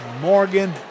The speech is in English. Morgan